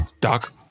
Doc